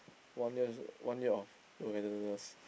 one years one year of togetherness